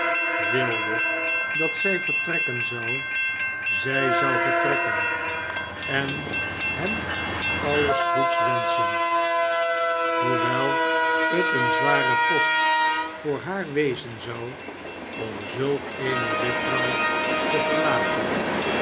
wilde dat zij vertrekken zou zij zou vertrekken en hem alles goeds wenschen hoewel het een zwarepost voor haar wezen zou om zulk eene juffrouw te verlaten